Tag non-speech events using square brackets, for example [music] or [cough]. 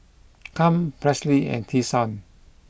[noise] Kem Presley and Tyshawn